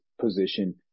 position